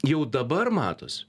jau dabar matos